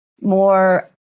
more